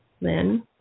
Lynn